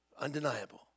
undeniable